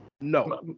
No